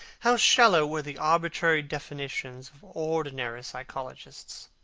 how shallow were the arbitrary definitions of ordinary psychologists!